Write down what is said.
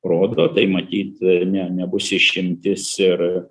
rodo tai matyt ne nebus išimtis ir